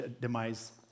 demise